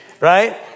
Right